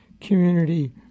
community